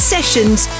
Sessions